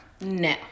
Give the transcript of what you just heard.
no